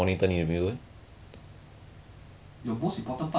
thirty seventy in singapore price no 跟我讲